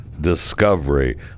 discovery